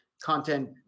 content